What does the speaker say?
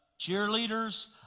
cheerleaders